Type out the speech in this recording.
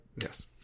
Yes